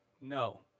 No